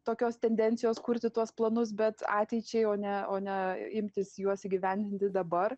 tokios tendencijos kurti tuos planus bet ateičiai o ne o ne imtis juos įgyvendinti dabar